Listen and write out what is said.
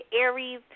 Aries